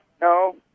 No